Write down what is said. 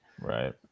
Right